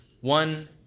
one